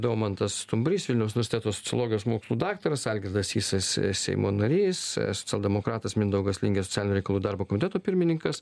daumantas stumbrys vilniaus universiteto sociologijos mokslų daktaras algirdas sysas seimo narys socialdemokratas mindaugas lingė socialinių reikalų darbo komiteto pirmininkas